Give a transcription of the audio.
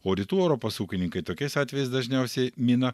o rytų europos ūkininkai tokiais atvejais dažniausiai mina